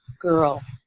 girl.